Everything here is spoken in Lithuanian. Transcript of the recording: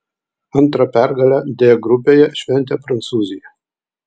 antrą pergalę d grupėje šventė prancūzija